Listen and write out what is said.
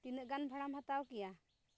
ᱛᱤᱱᱟᱹᱜ ᱜᱟᱱ ᱵᱷᱟᱲᱟᱢ ᱦᱟᱛᱟᱣ ᱠᱮᱭᱟ